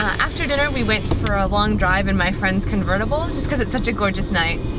after dinner, we went for a long drive in my friends convertible, just because it's such a gorgeous night.